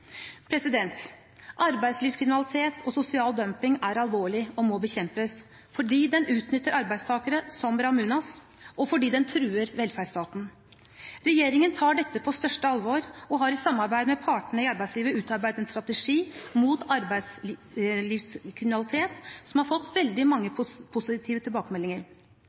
Arbeidslivskriminalitet og sosial dumping er alvorlig og må bekjempes fordi dette utnytter arbeidstakere som Ramunas, og fordi dette truer velferdsstaten. Regjeringen tar dette på største alvor og har i samarbeid med partene i arbeidslivet utarbeidet en strategi mot arbeidslivskriminalitet, som har fått veldig mange positive tilbakemeldinger.